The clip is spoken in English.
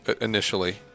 initially